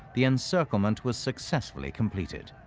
the encirclement was successfully completed.